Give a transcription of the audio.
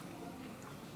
החשובה הזו,